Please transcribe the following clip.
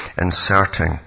inserting